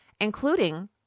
including